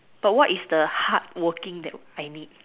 but what is the hardworking that I need